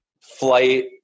flight